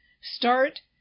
Start